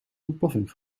ontploffing